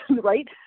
right